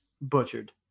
butchered